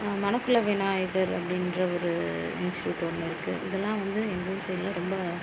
மனக்குள விநாயகர் அப்படின்ற ஒரு இன்ஸ்ட்யூட் ஒன்று இருக்கு இதெல்லாம் வந்து எங்கள் ஊர் சைடில் ரொம்ப